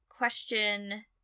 Question